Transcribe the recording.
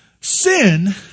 sin